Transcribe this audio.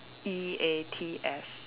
E A T S